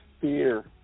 fear